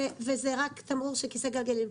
וזה רק תמרור של כיסא גלגלים.